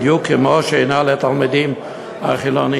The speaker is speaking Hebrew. בדיוק כמו שאינה לתלמידים החילונים,